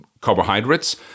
carbohydrates